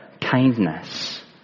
kindness